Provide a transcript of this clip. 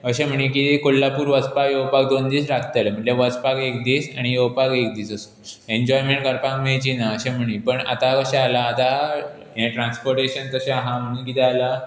अशें म्हणी की कोल्हापूर वचपाक येवपाक दोन दीस लागतले म्हटल्यार वचपाक एक दीस आनी येवपाक एक दीस असो एन्जॉयमेंट करपाक आमकां मेळची ना अशें म्हणी पण आतां कशें जालां आतां हें ट्रानसपोर्टेशन तशें आसा म्हणून कितें जालां